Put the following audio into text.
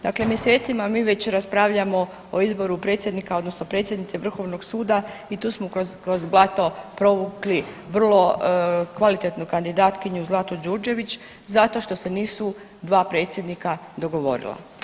Dakle, mjesecima mi već raspravljamo o izboru predsjednika odnosno predsjednice Vrhovnog suda i tu smo kroz blato provukli vrlo kvalitetnu kandidatkinju Zlatu Đurđević zato što se nisu dva predsjednika dogovorila.